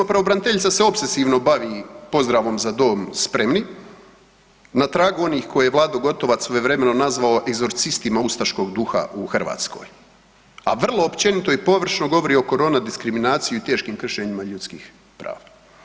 Recimo Pravobraniteljica se opsesivno bavi pozdravom „Za dom spremni“, na tragu onih koje je Vlado Gotovac svojevremeno nazvao egzorcistima ustaškog duha u Hrvatskoj, a vrlo općenito i površno govori o Corona diskriminaciji i teškim kršenjima ljudskih prava.